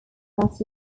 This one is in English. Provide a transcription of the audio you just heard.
that